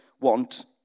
want